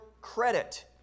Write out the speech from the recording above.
credit